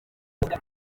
hejuru